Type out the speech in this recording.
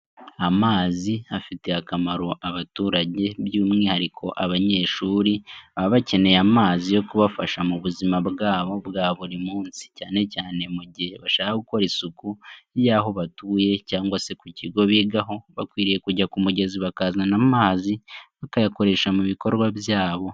Amazi afitiye akamaro abaturage, by'umwihariko abanyeshuri baba bakeneye amazi yo kubafasha mu buzima bwabo bwa buri munsi, cyane cyane mu gihe bashaka gukora isuku y'aho batuye cyangwa se ku kigo bigaho, bakwiriye kujya ku mugezi bakazana amazi bakayakoresha mu bikorwa byabo.